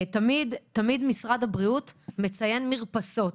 תמיד משרד הבריאות מציין מרפסות.